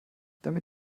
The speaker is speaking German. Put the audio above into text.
damit